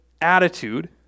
attitude